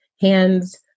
hands